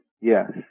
Yes